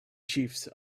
chiefs